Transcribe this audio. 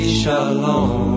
shalom